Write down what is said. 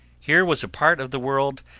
here was a part of the world,